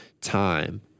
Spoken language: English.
time